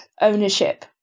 ownership